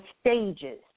stages